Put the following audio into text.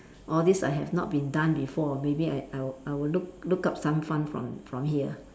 all these I have not been done before maybe I I will I will look look up some fun from from here